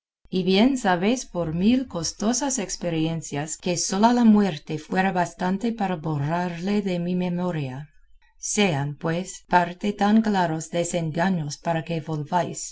y bien sabéis por mil costosas experiencias que sola la muerte fuera bastante para borrarle de mi memoria sean pues parte tan claros desengaños para que